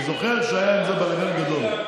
אני זוכר שהיה עם זה בלגן גדול.